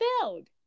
Filled